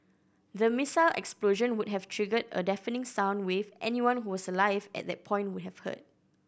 the missile explosion would have triggered a deafening sound wave anyone who was alive at that point would have heard